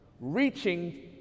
Reaching